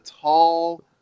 tall